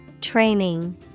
Training